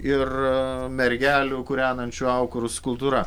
ir mergelių kūrenančių aukurus kultūra